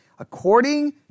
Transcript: According